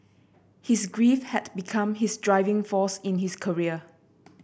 his grief had become his driving force in his career